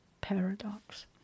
Paradox